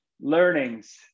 Learnings